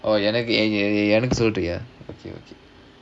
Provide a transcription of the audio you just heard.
எனக்கு எனக்கு சொல்றியா:enakku enakku solriyaa okay okay